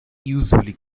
usually